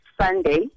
Sunday